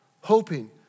hoping